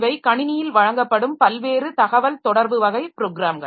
இவை கணினியில் வழங்கப்படும் பல்வேறு தகவல் தொடர்பு வகை ப்ரோக்ராம்கள்